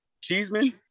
Cheeseman